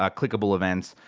ah clickable events,